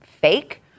fake